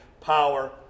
power